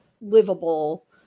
livable